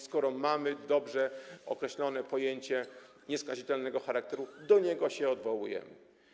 Skoro mamy dobrze określone pojęcie nieskazitelnego charakteru, do niego się odwołujemy.